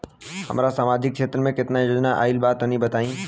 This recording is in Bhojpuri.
हमरा समाजिक क्षेत्र में केतना योजना आइल बा तनि बताईं?